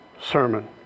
sermon